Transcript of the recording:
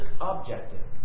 objective